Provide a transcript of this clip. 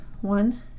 one